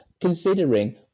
considering